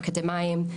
אקדמאיים,